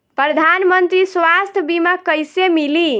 प्रधानमंत्री स्वास्थ्य बीमा कइसे मिली?